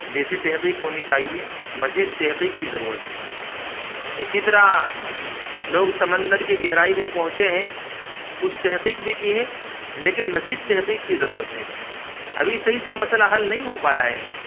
جیسی تحقیق ہونی چاہیے مزید تحقیق کی ضرورت ہے اسی طرح لوگ سمندر کی گہرائی میں پہنچے ہیں کچھ تحقیق بھی کی ہے لیکن مزید تحقیق کی ضرورت ہے ابھی صحیح سے مسئلہ حل نہیں ہو پایا ہے